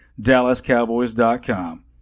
DallasCowboys.com